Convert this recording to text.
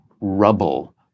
rubble